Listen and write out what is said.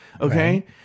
Okay